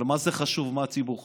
אבל מה זה חשוב מה הציבור חושב?